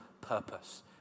purpose